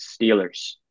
Steelers